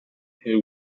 who